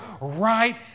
right